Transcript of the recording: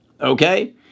okay